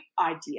idea